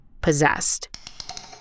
possessed